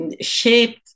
shaped